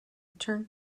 return